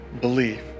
believe